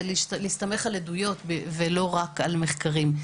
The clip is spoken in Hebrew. זה להסתמך על עדויות ולא רק על מחקרים.